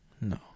no